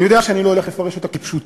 אני יודע שאני לא הולך לפרש אותה כפשוטה,